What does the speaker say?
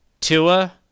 Tua